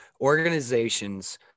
organizations